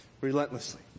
Relentlessly